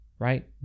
right